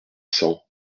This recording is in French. cents